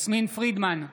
יסמין פרידמן,